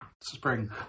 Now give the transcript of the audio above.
Spring